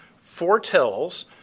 foretells